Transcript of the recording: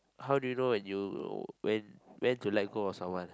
how do you know when you when when to let go of someone